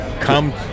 come